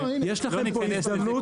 לא ניכנס לזה,